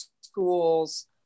schools